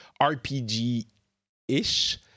RPG-ish